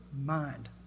mind